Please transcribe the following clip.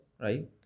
right